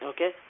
Okay